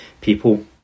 people